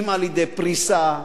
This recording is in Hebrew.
אם על-ידי פריסה,